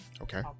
Okay